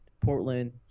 Portland